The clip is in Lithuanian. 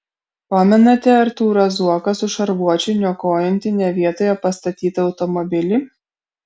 pamenate artūrą zuoką su šarvuočiu niokojantį ne vietoje pastatytą automobilį